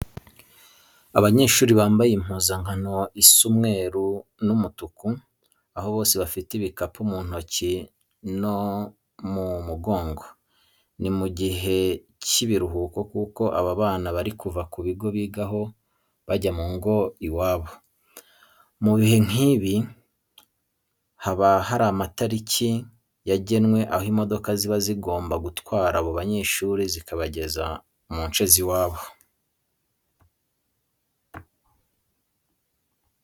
Abanyeshuri bambaye impuzankano isa umweru n'umutuku, aho bose bafite ibikapu mu ntoki no mu mugongo. Ni mu gihe cy'ibiruhuko kuko aba bana bari kuva ku bigo bigaho bajya mu ngo iwabo. Mu bihe nk'ibi haba hari amatariki yagenwe aho imodoka ziba zigomba gutwara abo banyeshuri zikabageza mu nce z'iwabo.